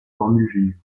formule